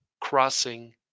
crossing